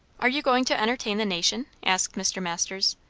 are you going to entertain the nation? asked mr masters.